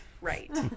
Right